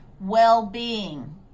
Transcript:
well-being